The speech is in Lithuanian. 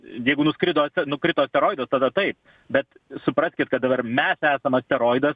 jeigu nuskrido nukrito asteroidas tada taip bet supraskit kad dabar mes esam asteroidas